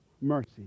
mercy